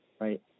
right